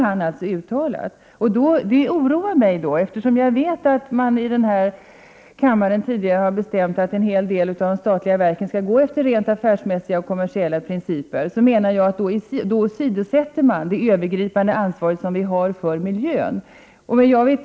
Detta oroar mig, eftersom jag vet att det i denna kammare tidigare bestämts att en hel del av de statliga verken skall rätta sig efter rent affärsmässiga och kommersiella principer. Då åsidosätter man det övergripande ansvaret för miljön.